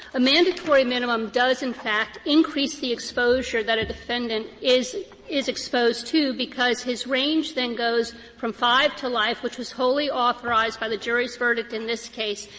a mandatory minimum does, in fact, increase the exposure that a defendant is is exposed to, because his range then goes from five to life, which was wholly authorized by the jury's verdict in this case,